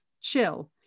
Chill